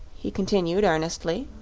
he continued, earnestly.